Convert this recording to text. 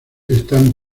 están